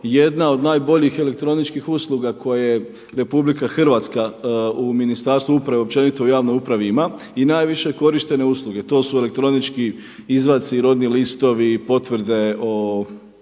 jedna od najboljih elektroničkih usluga koje RH u Ministarstvu uprave općenito u javnoj upravi ima i najviše korištene usluge. To su elektronički izvadci, rodni listovi, potvrde o